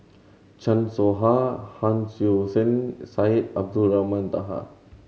Chan Soh Ha Hon Sui Sen Syed Abdulrahman Taha